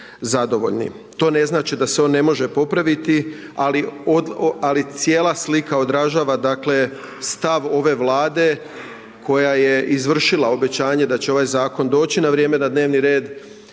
To ne znači da se on ne može popraviti ali cijela slika odražava dakle stav ove Vlade koja je izvršila obećanje da će ovaj zakon doći na vrijeme na dnevni red.